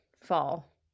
fall